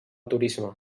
turisme